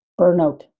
burnout